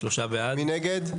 מי נגד?